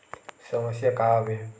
समस्या का आवे?